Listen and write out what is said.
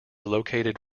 located